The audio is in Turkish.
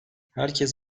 herkes